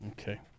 Okay